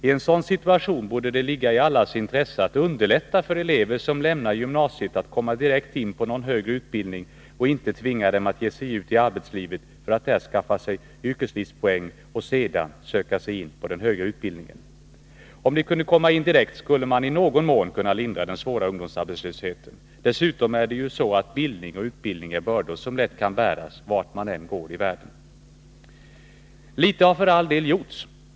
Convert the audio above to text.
I en sådan situation borde det ligga i allas intresse att underlätta för elever som lämnar gymnasiet att komma direkt in på någon högre utbildning och inte tvinga dem att ge sig ut i arbetslivet för att där skaffa sig yrkeslivspoäng och sedan söka in på den högre utbildningen. Om de kunde komma in direkt, skulle man i någon mån kunna lindra den svåra ungdomsarbetslösheten. Dessutom är det ju så att bildning och utbildning är bördor som lätt kan bäras, vart man än går i livet. Litet har för all del gjorts.